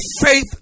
faith